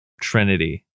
trinity